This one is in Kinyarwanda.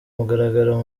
mugaragaro